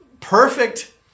perfect